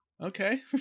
Okay